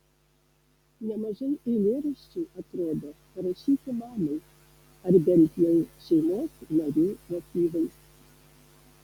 nemažai eilėraščių atrodo parašyti mamai ar bent jau šeimos narių motyvais